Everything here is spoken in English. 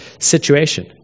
situation